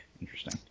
interesting